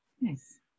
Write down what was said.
Nice